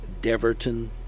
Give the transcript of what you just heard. Deverton